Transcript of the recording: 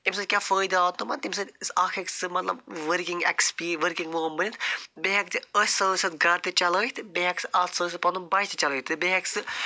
اَمہِ سۭتۍ کیٛاہ فٲیدٕ آو تِمَن تَمہِ سۭتۍ أس اکھ أکِس مطلب ؤرکِنٛگ اٮ۪کسپی ؤرکِنٛگ موم بٔنِتھ بیٚیہِ ہٮ۪کہِ تہِ أتھۍ سۭتۍ سۭتۍ گرٕ تہِ چلٲیِتھ بیٚیہِ ہٮ۪کہِ سُہ اَتھ سۭتۍ سۭتۍ پنُن بَچہٕ تہِ چلٲوِتھ تہٕ بیٚیہِ ہٮ۪کہِ سُہ